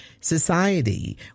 society